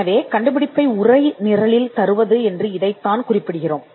எனவே கண்டுபிடிப்பை உரைநடையாக்குவது என்று நாங்கள் குறிப்பிடுகிறோம்